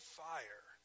fire